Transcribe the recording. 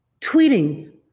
tweeting